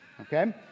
okay